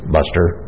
Buster